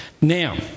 Now